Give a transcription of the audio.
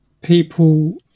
people